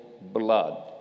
blood